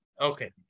Okay